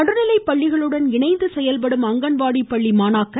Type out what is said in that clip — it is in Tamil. நடுநிலைப்பள்ளிகளுடன் இணைந்து செயல்படும் அங்கன்வாடி மாணாக்கர்